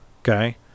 Okay